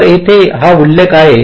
तर येथे हा उल्लेख आहे